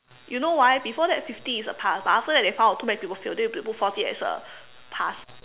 you know why before that fifty is a pass but after that they found out too many people fail they put forty as a pass